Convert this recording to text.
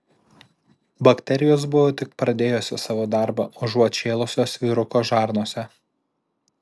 bakterijos buvo tik pradėjusios savo darbą užuot šėlusios vyruko žarnose